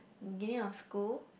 beginning of school